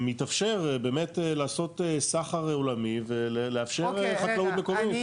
מתאפשר באמת לעשות סחר עולמי ולאפשר חקלאות מקומית.